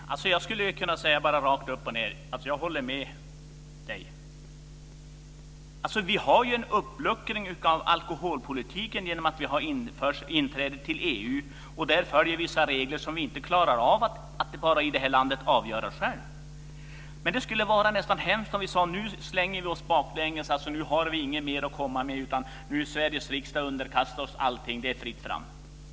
Fru talman! Jag skulle bara kunna säga rakt upp och ned att jag håller med Kenneth Johansson. Vi har en uppluckring av alkoholpolitiken genom att vi har inträtt i EU, och därav följer vissa regler som vi inte klarar av att i det här landet avgöra själva. Men det skulle vara hemskt om vi sade att nu slänger vi oss baklänges, för vi har inget mer att komma med, utan vi i Sveriges riksdag underkastar oss allting, nu är det fritt fram.